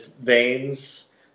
veins